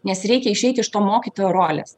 nes reikia išeiti iš to mokytojo rolės